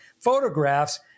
photographs